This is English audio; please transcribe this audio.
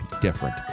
different